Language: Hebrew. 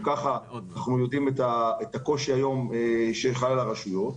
גם ככה אנחנו יודעים את הקושי היום שחוות הרשויות.